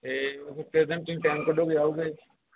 ਅਤੇ ਕਿਸੇ ਦਿਨ ਤੁਸੀਂ ਟਾਈਮ ਕੱਢੋਗੇ ਆਓਗੇ